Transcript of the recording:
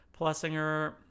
Plessinger